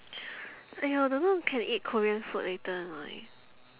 !aiyo! don't know we can eat korean food later or not